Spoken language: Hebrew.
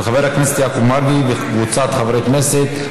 של חבר הכנסת יעקב מרגי וקבוצת חברי הכנסת.